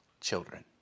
children